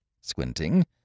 squinting